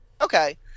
okay